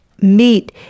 meet